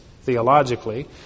theologically